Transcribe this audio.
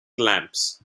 lamps